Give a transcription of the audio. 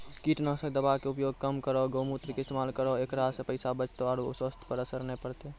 कीटनासक दवा के उपयोग कम करौं गौमूत्र के इस्तेमाल करहो ऐकरा से पैसा बचतौ आरु स्वाथ्य पर असर नैय परतौ?